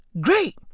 great